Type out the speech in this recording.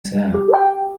ساعة